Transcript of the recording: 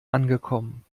angekommen